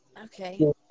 Okay